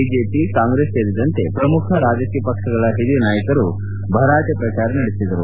BJP Congress ಸೇರಿದಂತೆ ಪ್ರಮುಖ ರಾಜಕೀಯ ಪಕ್ಷಗಳ ಹಿರಿಯ ನಾಯಕರು ಭರಾಟೆ ಪ್ರಜಾರ ನಡೆಸಿದರು